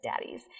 daddies